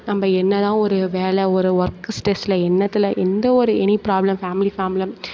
நம்ம என்னதான் ஒரு வேலை ஒரு ஒர்க்கு ஸ்ட்ரெஸ்ஸில் என்னத்துல எந்த ஒரு எனி ப்ராப்ளம் ஃபேமிலி ப்ராப்ளம்